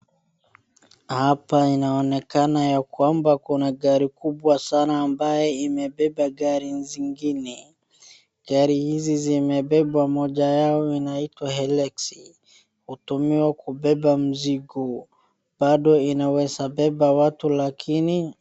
Hapa inaonekana ya kwamba kuna gari kubwa sana ambayo imebeba gari zingine. Gari hizi zimebebwa moja yao inaitwa hilux kutumiwa kubeba mizigo. Bado inaweza beba watu lakini.